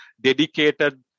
dedicated